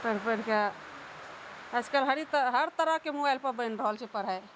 पढ़ि पढ़ि कऽ आइकाल्हि हर तरहके मोबाइल पर बनि रहल छै पढ़ाइ